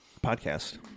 podcast